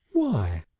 why?